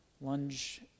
lunge